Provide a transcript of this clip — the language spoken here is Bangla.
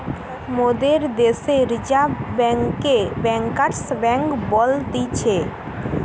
মোদের দ্যাশে রিজার্ভ বেঙ্ককে ব্যাঙ্কার্স বেঙ্ক বলতিছে